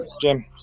Jim